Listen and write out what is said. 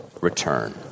return